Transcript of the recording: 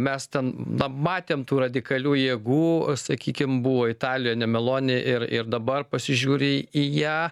mes ten na matėm tų radikalių jėgų sakykim buvo italija nemeloni ir ir dabar pasižiūri į ją